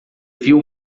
viu